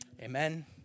Amen